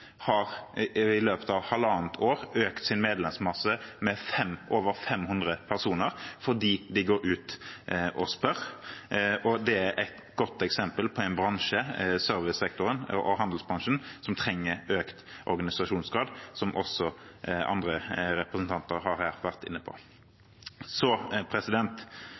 har i løpet av halvannet år økt sin medlemsmasse med over 500 personer fordi de går ut og spør. Det er et godt eksempel på en bransje – servicesektoren og handelsbransjen – som trenger økt organisasjonsgrad, som også andre representanter har vært inne på.